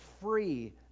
free